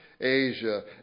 Asia